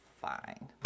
fine